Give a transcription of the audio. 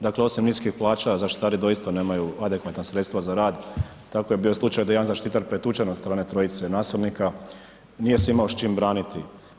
Dakle osim niskih plaća zaštitari doista nemaju adekvatna sredstva za rad, tako je bio slučaj da je jedan zaštitar pretučen od strane trojice nasilnika, nije se imao s čim braniti.